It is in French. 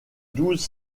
douze